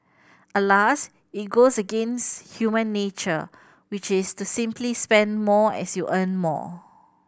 alas it goes against human nature which is to simply spend more as you earn more